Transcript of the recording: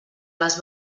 les